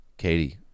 Katie